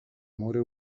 more